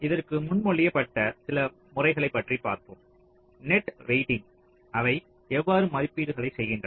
இதற்கு முன்மொழியப்பட்ட சில முறைகளைப் பற்றி பார்ப்போம் நெட் வெயிட்டிங் அவை எவ்வாறு மதிப்பீடுகளை செய்கின்றன